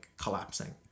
collapsing